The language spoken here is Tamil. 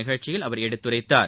நிகழ்ச்சியில் அவர் எடுத்துரைத்தார்